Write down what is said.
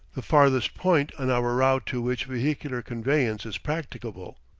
the farthest point on our route to which vehicular conveyance is practicable.